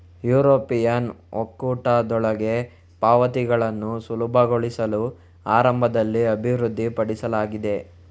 European ಒಕ್ಕೂಟದೊಳಗೆ ಪಾವತಿಗಳನ್ನು ಸುಲಭಗೊಳಿಸಲು ಆರಂಭದಲ್ಲಿ ಅಭಿವೃದ್ಧಿಪಡಿಸಲಾಗಿದೆ